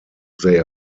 they